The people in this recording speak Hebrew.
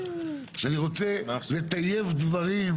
כשאני רוצה לטייב דברים.